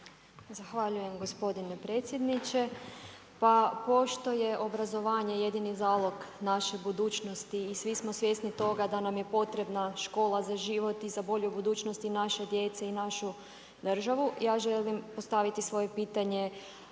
Zahvaljujem gospodine predsjedniče. Pa pošto je obrazovanje jedini zalog naše budućnosti i svi smo svjesni toga da nam je potrebna škola za život i za bolju budućnost i naše djece i našu državu, ja želim postaviti svoje pitanje